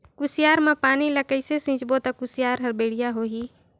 कुसियार मा पानी ला कइसे सिंचबो ता कुसियार हर बेडिया होही?